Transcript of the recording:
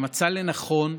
שמצא לנכון,